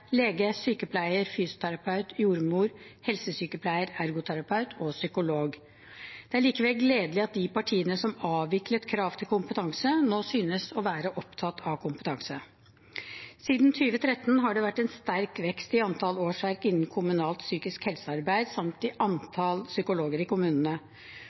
lege, sykepleier, fysioterapeut, jordmor, helsesykepleier, ergoterapeut og psykolog. Det er likevel gledelig at de partiene som avviklet krav til kompetanse, nå synes å være opptatt av kompetanse. Siden 2013 har det vært en sterk vekst i antall årsverk innen kommunalt psykisk helsearbeid samt i antall psykologer i kommunene.